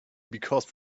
because